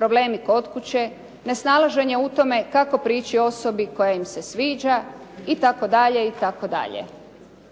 problemi kod kuće, nesnalaženje u tome kako prići osobi koja im se sviđa itd., itd.